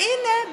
והינה,